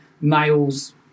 males